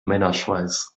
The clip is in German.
männerschweiß